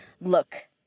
Look